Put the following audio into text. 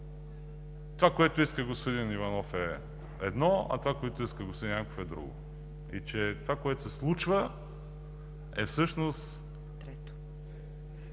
това, което иска господин Иванов, е едно, а това, което иска господин Янков, е друго. Това, което се случва, е всъщност